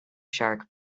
shark